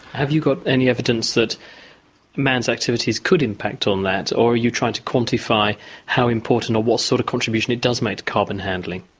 have you got any evidence that man's activities could impact on that or are you trying to quantify how important or what sort of contribution it does make to carbon handling?